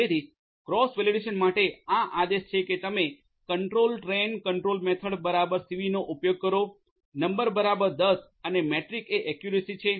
જેથી cross validation માટે આ આદેશ છે કે તમે કંટ્રોલ ટ્રેન કંટ્રોલ મેથડ બરાબર સીવીનો ઉપયોગ કરો નંબર બરાબર 10 અને મેટ્રિક એ એક્યુરેસી છે